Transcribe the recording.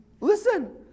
Listen